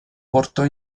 portò